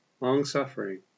long-suffering